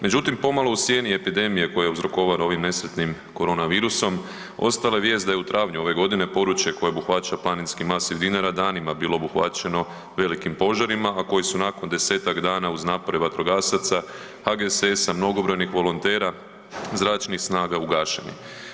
Međutim, pomalo u sjeni epidemije koja uzrokovana ovim nesretnim koronavirusom, ostala je vijest da je u travnju ove godine područje koje obuhvaća planinski masiv Dinara danima bilo obuhvaćeno velikim požarima, a koji su nakon desetak dana uz napore vatrogasaca, HGSS-a, mnogobrojnih volontera, zračnih snaga ugašeni.